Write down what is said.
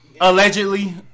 allegedly